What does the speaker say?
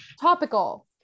topical